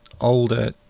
older